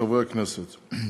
חברי הכנסת,